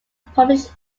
published